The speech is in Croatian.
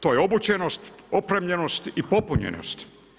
To je obučenost, opremljenost i popunjenost.